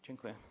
Dziękuję.